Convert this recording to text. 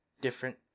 different